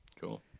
Cool